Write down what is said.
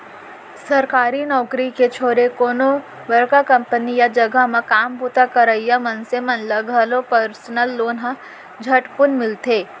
सरकारी नउकरी के छोरे कोनो बड़का कंपनी या जघा म काम बूता करइया मनसे मन ल घलौ परसनल लोन ह झटकुन मिलथे